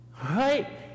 Right